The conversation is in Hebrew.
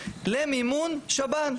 למימון שב"ן,